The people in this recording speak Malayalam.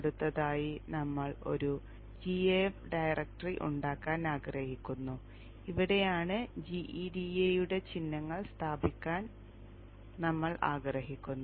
അടുത്തതായി ഞങ്ങൾ ഒരു gaf ഡയറക്ടറി ഉണ്ടാക്കാൻ ആഗ്രഹിക്കുന്നു ഇവിടെയാണ് gEDA യുടെ ചിഹ്നങ്ങൾ സ്ഥാപിക്കാൻ ഞങ്ങൾ ആഗ്രഹിക്കുന്നത്